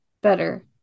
better